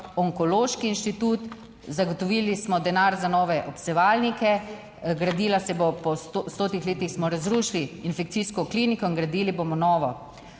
onkološki inštitut, zagotovili smo denar za nove obsevalnike, gradila se bo, po stotih letih smo razrušili infekcijsko kliniko in gradili bomo novo.